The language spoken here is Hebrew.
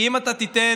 כי אם אתה תיתן